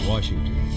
Washington